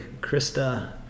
Krista